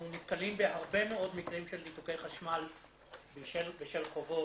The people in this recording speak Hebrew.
אנחנו נתקלים בהרבה מאוד מקרים של ניתוקי חשמל בשל חובות,